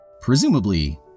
Presumably